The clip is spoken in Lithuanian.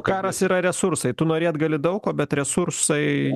karas yra resursai tu norėt gali daug ko bet resursai